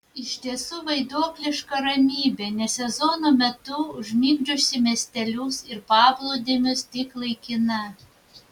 iš tiesų vaiduokliška ramybė ne sezono metu užmigdžiusi miestelius ir paplūdimius tik laikina